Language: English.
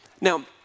Now